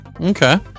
okay